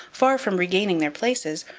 far from regaining their places,